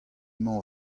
mañ